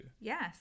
Yes